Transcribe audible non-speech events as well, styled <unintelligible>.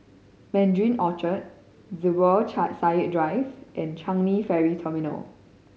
Mandarin Orchard Zubir <unintelligible> Said Drive and Changi Ferry Terminal